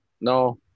no